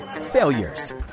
failures